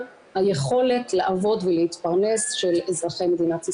היכולת לעבוד ולהתפרנס של אזרחי מדינת ישראל,